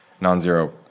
non-zero